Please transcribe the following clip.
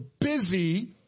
busy